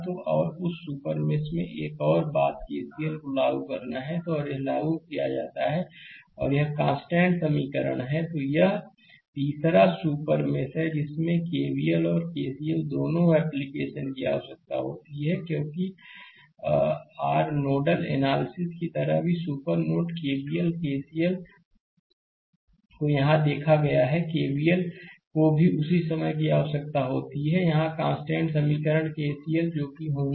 तो और उस सुपर मेष में एक और बात केसीएल को लागू करना है और यह लागू किया जाता है और यह कांस्टेंट समीकरण है यह और तीसरा सुपर सुपर मेष है जिसमें केवीएल और केसीएल दोनों के एप्लीकेशन की आवश्यकता होती है क्योंकि आर नोडल एनालिसिस की तरह भी है सुपर नोड केवीएल और केसीएल को यहां देखा गया है केवीएल को भी उसी समय की आवश्यकता होती है यहां कांस्टेंट समीकरण केसीएल है जो कि होना चाहिए